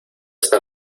está